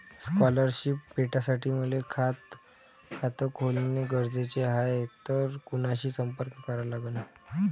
Scholarship भेटासाठी मले खात खोलने गरजेचे हाय तर कुणाशी संपर्क करा लागन?